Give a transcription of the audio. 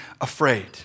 afraid